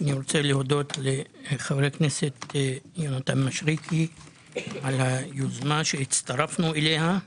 אני מודה לחברי הכנסת יונתן מישרקי על היוזמה שהצטרפנו אליה.